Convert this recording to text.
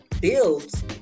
builds